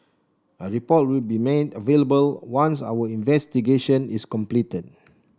a report will be made available once our investigation is completed